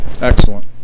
Excellent